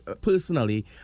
personally